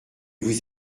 vous